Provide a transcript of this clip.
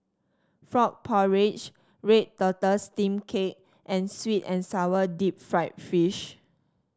Frog Porridge Red Tortoise Steamed Cake and sweet and sour Deep Fried Fish